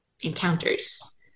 encounters